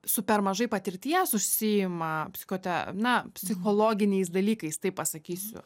su per mažai patirties užsiima psichote na psichologiniais dalykais taip pasakysiu